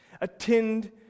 Attend